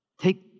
Take